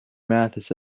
mathis